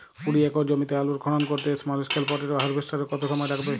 কুড়ি একর জমিতে আলুর খনন করতে স্মল স্কেল পটেটো হারভেস্টারের কত সময় লাগবে?